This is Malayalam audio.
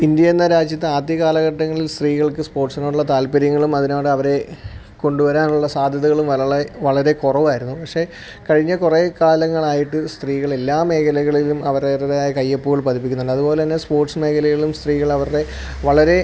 ഇന്ത്യ എന്ന രാജ്യത്താദ്യ കാലഘട്ടങ്ങളിൽ സ്ത്രീകൾക്ക് സ്പോർട്സിനോടുള്ള താത്പര്യങ്ങളും അതിനോടവരെ കൊണ്ടു വരാനുള്ള സാദ്ധ്യതകളും വളരെ വളരെ കുറവായിരുന്നു പക്ഷേ കഴിഞ്ഞ കുറേ കാലങ്ങളായിട്ട് സ്ത്രീകളെല്ലാ മേഖലകളിലും അവരവരേതായ കയ്യൊപ്പുകൾ പതിപ്പിക്കുന്നുണ്ട് അതുപോലെ തന്നെ സ്പോർട്സ് മേഖലകളും സ്ത്രീകളവരുടെ വളരെ